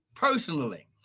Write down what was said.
personally